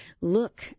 look